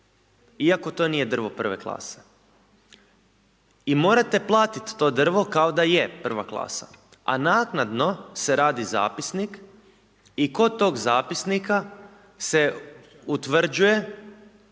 iako to nije drvo I. klase. I morate platiti to drvo kao da je I. klasa a naknadno se radi zapisnik i kod tog zapisnika se utvrđuje